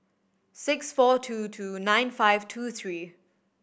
six four two two nine five two three